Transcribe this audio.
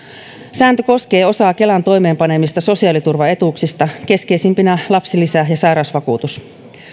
sääntö koskee osaa kelan toimeenpanemista sosiaaliturvaetuuksista keskeisimpinä lapsilisä ja sairausvakuutus